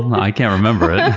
i can't remember it.